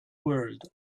world